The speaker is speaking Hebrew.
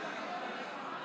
47 חברי כנסת